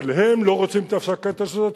אבל הם לא רוצים את הפסקת האש הזאת,